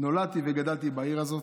נולדתי וגדלתי בעיר הזאת.